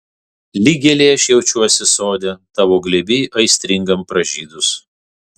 lyg gėlė aš jaučiuosi sode tavo glėby aistringam pražydus